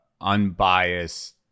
unbiased